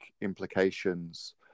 implications